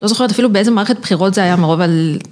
לא זוכרת אפילו באיזה מערכת בחירות זה היה מרוב...